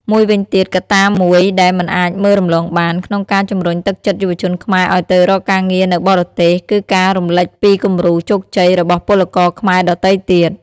មួយវិញទៀត កត្តាមួយដែលមិនអាចមើលរំលងបាន ក្នុងការជំរុញទឹកចិត្តយុវជនខ្មែរឱ្យទៅរកការងារនៅបរទេស គឺការរំលេចពីគំរូជោគជ័យរបស់ពលករខ្មែរដទៃទៀត។